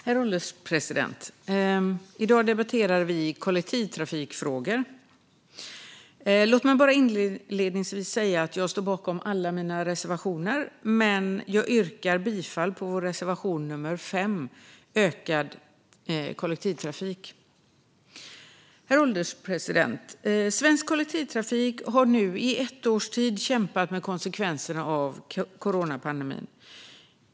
Herr ålderspresident! I dag debatterar vi kollektivtrafikfrågor. Låt mig inledningsvis säga att jag står bakom alla mina reservationer men yrkar bifall endast till vår reservation nummer 5, Ökad kollektivtrafik. Herr ålderspresident! Svensk kollektivtrafik har nu i ett års tid kämpat med konsekvenserna av coronapandemin.